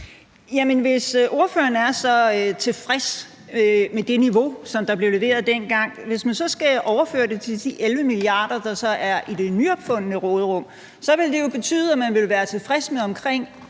Hvis ordføreren er så tilfreds med det niveau, som blev leveret dengang, og man så skal overføre det til de 11 mia. kr., der er i det nyopfundne råderum, så vil det jo betyde, at man vil være tilfreds med omkring